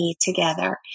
together